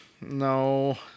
no